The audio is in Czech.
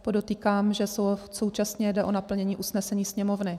Podotýkám, že současně jde o naplnění usnesení Sněmovny.